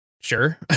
Sure